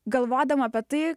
galvodama apie tai